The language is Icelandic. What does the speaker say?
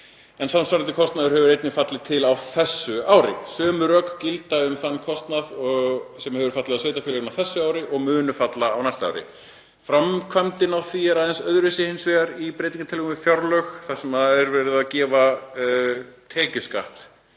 en samsvarandi kostnaður hefur einnig fallið til á þessu ári. Sömu rök gilda um þann kostnað sem hefur fallið á sveitarfélögin á þessu ári og mun falla á næsta ári. Framkvæmdin á því er hins vegar aðeins öðruvísi í breytingartillögum við fjárlög þar sem í raun er verið að gefa tekjuskatt